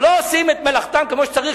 לא עושים את מלאכתם כמו שצריך.